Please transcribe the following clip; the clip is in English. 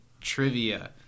trivia